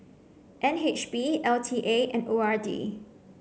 N H B L T A and O R D